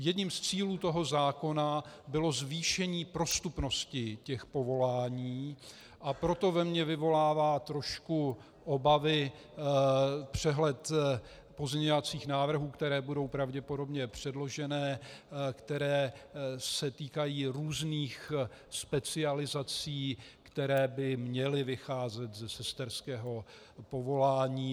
Jedním z cílů zákona bylo zvýšení prostupnosti povolání, a proto ve mně vyvolává trošku obavy přehled pozměňovacích návrhů, které budou pravděpodobně předloženy, které se týkají různých specializací, které by měly vycházet ze sesterského povolání.